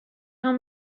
how